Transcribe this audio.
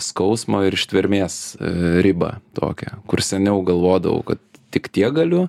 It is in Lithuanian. skausmo ir ištvermės ribą tokią kur seniau galvodavau kad tik tiek galiu